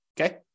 okay